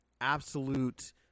absolute